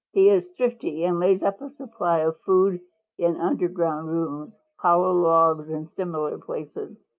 he is thrifty and lays up a supply of food in underground rooms, hollow logs and similar places.